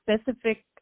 specific